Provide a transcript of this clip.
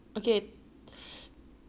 !aiya! 还久 lah